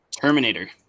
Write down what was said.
terminator